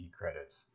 credits